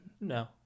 No